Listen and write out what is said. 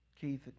Keith